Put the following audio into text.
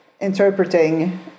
interpreting